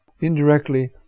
indirectly